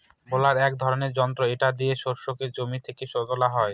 বেলার এক ধরনের যন্ত্র এটা দিয়ে শস্যকে জমি থেকে তোলা হয়